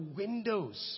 windows